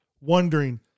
wondering